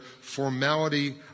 formality